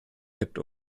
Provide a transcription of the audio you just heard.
kippt